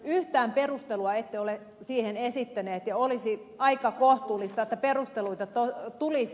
yhtään perustelua ette ole siihen esittäneet ja olisi aika kohtuullista että perusteluita tulisi